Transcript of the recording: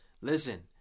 Listen